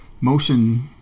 motion